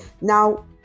Now